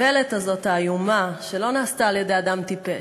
האיוולת הזאת, האיומה, שלא נעשתה על-ידי אדם טיפש,